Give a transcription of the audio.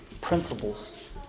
principles